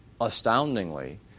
astoundingly